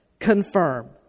Confirm